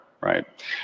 right